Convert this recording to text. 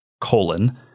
colon